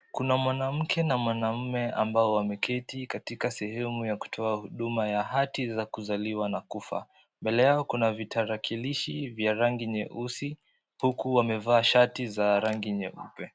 Kuna mwanamke na mwanaume ambao wameketi katika sehemu ya kutoa huduma ya hati za kuzaliwa na kufa. Mbele yao kuna vitarakilishi vya rangi nyeusi huku wamevaa shati za rangi nyeupe.